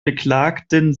beklagten